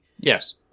Yes